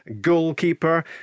goalkeeper